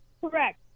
Correct